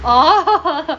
oh